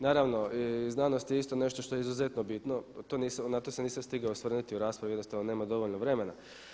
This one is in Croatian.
Naravno i znanost je isto nešto što je izuzetno bitno, na to se nisam stigao osvrnuti u raspravi, jednostavno nema dovoljno vremena.